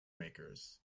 makers